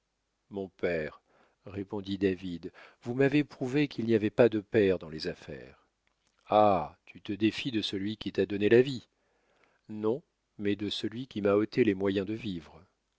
mon père répondit david vous m'avez prouvé qu'il n'y avait pas de père dans les affaires ah tu te défies de celui qui t'a donné la vie non mais de celui qui m'a ôté les moyens de vivre